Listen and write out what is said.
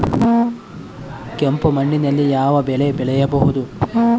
ಕೆಂಪು ಮಣ್ಣಿನಲ್ಲಿ ಯಾವ ಬೆಳೆ ಬೆಳೆಯಬಹುದು?